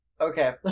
Okay